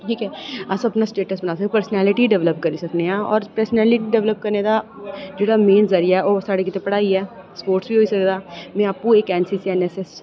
ठीक ऐ अस अपना स्टेटस बनाना आसे अपनी परसनैलिटी डवैल्प करी सकने आं परसनैलिटी डवैल्प करने दा जेह्ड़ा मेन जरिया ऐ जित्थै पढ़ाई ऐ स्पोटर बी होई सकदा ऐ में आपू ऐन्नऐस्सऐस्स ऐन्नसिसि